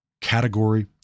category